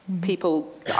People